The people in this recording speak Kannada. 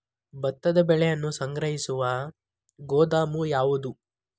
ಭತ್ತದ ಬೆಳೆಯನ್ನು ಸಂಗ್ರಹಿಸುವ ಗೋದಾಮು ಯಾವದು?